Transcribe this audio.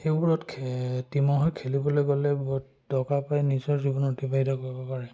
সেইবোৰত টীমৰ হৈ খেলিবলৈ গ'লে বহুত টকা পায় নিজৰ জীৱনটো অতিবাহিত কৰিব পাৰে